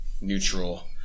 neutral